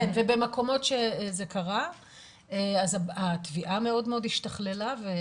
ובמקומות שזה קרה התביעה מאוד מאוד השתכללה.